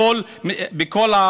בכל,